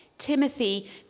Timothy